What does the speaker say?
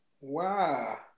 Wow